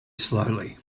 slowly